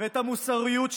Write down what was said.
ואת המוסריות שלהם.